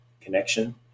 connection